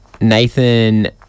Nathan